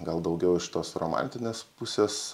gal daugiau iš tos romantinės pusės